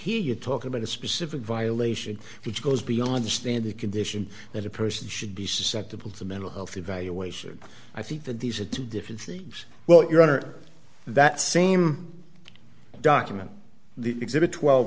you talk about a specific violation which goes beyond the standard condition that a person should be susceptible to mental health evaluation i think that these are two different things well you're under that same document the exhibit twelve